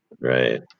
Right